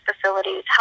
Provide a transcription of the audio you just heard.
facilities